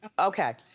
okay.